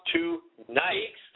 Tonight